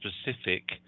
specific